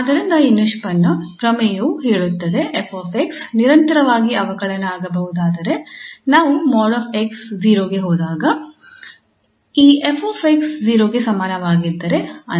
ಆದ್ದರಿಂದ ಈ ನಿಷ್ಪನ್ನ ಪ್ರಮೇಯವು ಹೇಳುತ್ತದೆ 𝑓 𝑥 ನಿರಂತರವಾಗಿ ಅವಕಲನ ಆಗಬಹುದಾದರೆ ಮತ್ತು ಈ |𝑥| 0 ಗೆ ಹೋದಾಗ ಈ 𝑓 𝑥 0 ಗೆ ಸಮನವಾಗಿದ್ದರೆ